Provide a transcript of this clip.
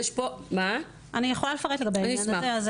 אני יכולה לפרט לגבי העניין הזה.